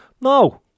no